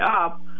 up